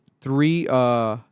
three